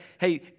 hey